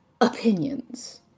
opinions